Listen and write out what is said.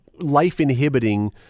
life-inhibiting